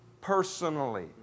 personally